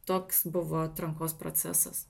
toks buvo atrankos procesas